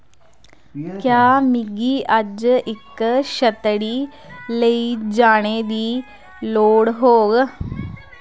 क्या मिगी अज्ज इक छत्तड़ी लेई जाने दी लोड़ होग